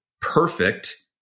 Perfect